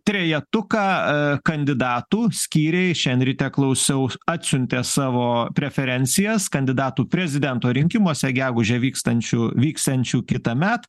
trejetuką kandidatų skyriai šiandien ryte klausiau atsiuntė savo preferencijas kandidatų prezidento rinkimuose gegužę vykstančių vyksiančių kitąmet